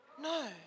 No